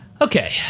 Okay